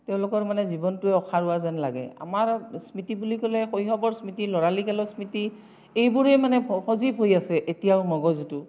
তেওঁলোকৰ মানে জীৱনটোৱে অসাৰুৱা যেন লাগে আমাৰ স্মৃতি বুলি ক'লে শৈশৱৰ স্মৃতি ল'ৰালিকালৰ স্মৃতি এইবোৰে মানে সজীৱ হৈ আছে এতিয়াও মগজুটো